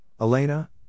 Elena